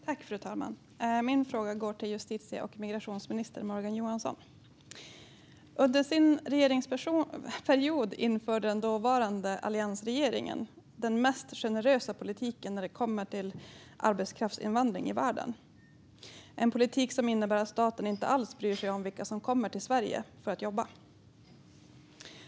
Fru talman! Min fråga går till justitie och migrationsminister Morgan Johansson. Under sin regeringsperiod införde den dåvarande alliansregeringen den mest generösa politiken i världen för arbetskraftsinvandring, en politik som innebär att staten inte alls bryr sig om vilka som kommer till Sverige för att jobba.